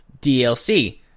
DLC